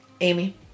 Amy